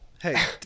Hey